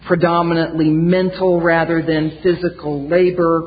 predominately mental rather than physical labor